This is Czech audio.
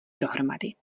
dohromady